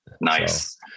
Nice